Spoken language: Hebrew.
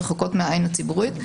רחוקות מהעין הציבורית.